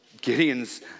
Gideon's